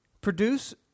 produce